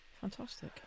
Fantastic